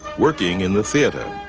working in the theatre